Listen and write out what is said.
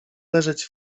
leżeć